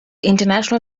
international